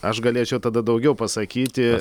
aš galėčiau tada daugiau pasakyti